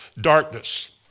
darkness